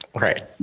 Right